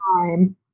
time